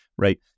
Right